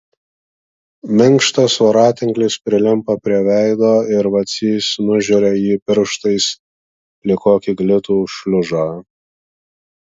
minkštas voratinklis prilimpa prie veido ir vacys nužeria jį pirštais lyg kokį glitų šliužą